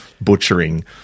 butchering